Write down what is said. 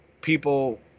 people